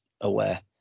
aware